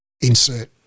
insert